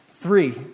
Three